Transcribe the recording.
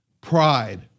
pride